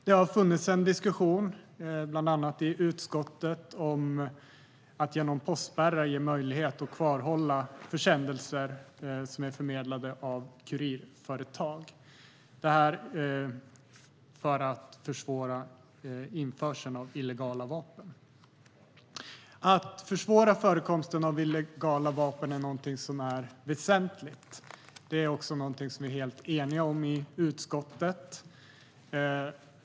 Det har funnits en diskussion, bland annat i utskottet, om att genom postspärrar ge möjlighet att kvarhålla försändelser som är förmedlade av kurirföretag för att försvåra införseln av illegala vapen. Att försvåra förekomsten av illegala vapen är väsentligt. Det är också någonting som vi är helt eniga om i utskottet.